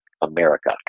America